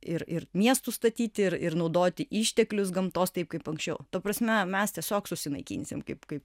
ir ir miestų statyti ir ir naudoti išteklius gamtos taip kaip anksčiau ta prasme mes tiesiog susinaikinsim kaip kaip